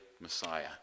Messiah